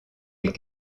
les